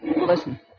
Listen